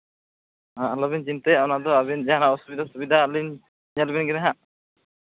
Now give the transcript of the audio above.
ᱟᱞᱚᱵᱤᱱ ᱪᱤᱱᱛᱟᱹᱭᱟ ᱚᱱᱟᱫᱚ ᱟᱹᱵᱤᱱ ᱡᱟᱦᱟᱱᱟᱜ ᱥᱩᱵᱤᱫᱷᱟ ᱚᱥᱩᱵᱤᱫᱷᱟ ᱟᱹᱞᱤᱧ ᱧᱮᱞ ᱵᱤᱱ ᱜᱮ ᱱᱟᱦᱟᱸᱜ